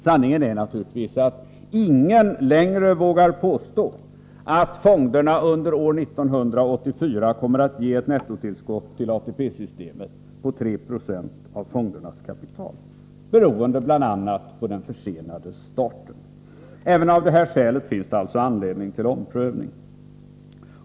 Sanningen är naturligtvis att ingen längre vågar påstå att fonderna under år 1984 kommer att ge ett nettotillskott till ATP-systemet på 3 26 av fondernas kapital, beroende bl.a. på den försenade starten. Även av detta skäl finns det alltså anledning till omprövning.